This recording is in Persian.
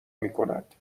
میکند